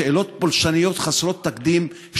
שאלות פולשניות חסרות תקדים, תודה.